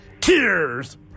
tears